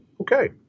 Okay